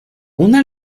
una